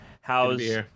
How's